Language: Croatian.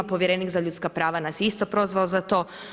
Povjerenik za ljudska prava nas je isto prozvao za to.